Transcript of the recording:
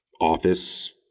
office